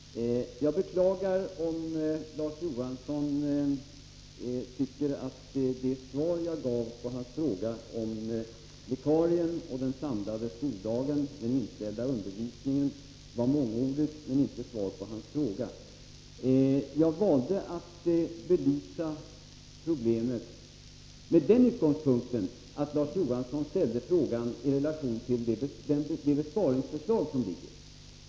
Herr talman! Jag beklagar om Larz Johansson tycker att det svar jag gav på hans fråga om vikarie, inställd undervisning och samlad skoldag var mångordigt men inte gav något svar. Jag valde att belysa problemet med den utgångspunkten att Larz Johansson ställde frågan i relation till det besparingsförslag som föreligger.